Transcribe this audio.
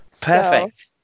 Perfect